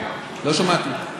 לא שמעתי.